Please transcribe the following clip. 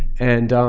and